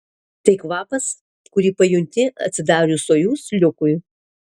tai kvapas kurį pajunti atsidarius sojuz liukui